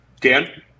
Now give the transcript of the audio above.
Dan